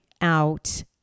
out